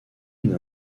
une